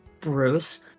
Bruce